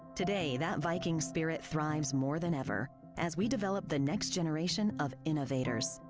today, that viking spirit thrives more than ever, as we develop the next generation of innovators,